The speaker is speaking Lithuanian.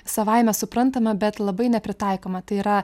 savaime suprantama bet labai nepritaikoma tai yra